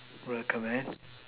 recommend